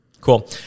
Cool